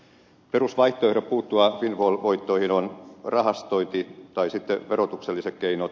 perusvaihtoehdot puuttua windfall voittoihin on rahastointi tai sitten verotukselliset keinot